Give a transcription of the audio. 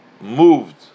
moved